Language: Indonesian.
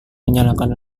menyalakan